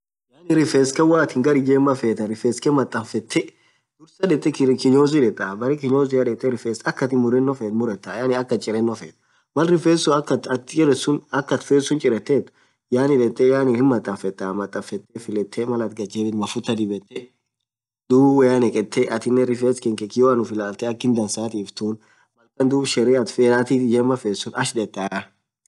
Yaani rifess Khan woathin gharr ijemaa fethu rifes Khan matafethe dhursaa kinyozi dhethaa berre kinyozia dhethee akaa athin murenno fethu murethaa yaani akha athin chireno fethu Mal atin rifes suun akha atin chireno fethu chirethethu yaani dhethee matafethaa filethee Mal atin ghad jebithu mafuta dhibethe dhub woyaa nekhethee atinen rifes khanke kioan ufu ilathe akhin dhansatif tunn Mal khan dhub sherehe atin ijema fethu suun achh dhethaa